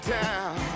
town